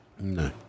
No